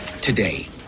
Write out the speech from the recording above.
Today